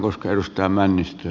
arvoisa puhemies